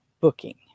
booking